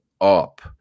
up